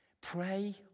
pray